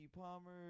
Palmer